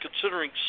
considering